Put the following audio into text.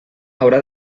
haurà